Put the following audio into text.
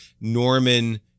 Norman